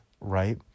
right